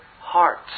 hearts